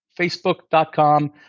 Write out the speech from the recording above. Facebook.com